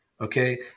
okay